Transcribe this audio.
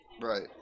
Right